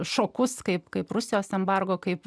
šokus kaip kaip rusijos embargo kaip